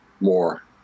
more